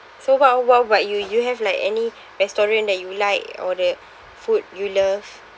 so wha~ wha~ what you you have like any restaurant that you like or the food you love